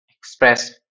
express